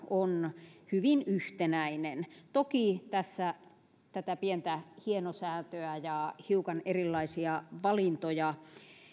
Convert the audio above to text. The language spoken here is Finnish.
on hyvin yhtenäinen toki tässä tätä pientä hienosäätöä ja hiukan erilaisia valintoja